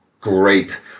great